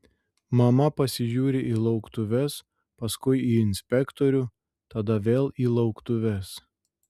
mama pasižiūri į lauktuves paskui į inspektorių tada vėl į lauktuves